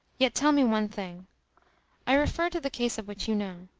yet tell me one thing i refer to the case of which you know.